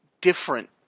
different